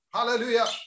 Hallelujah